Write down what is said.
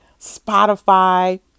Spotify